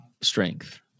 strength